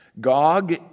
Gog